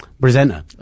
Presenter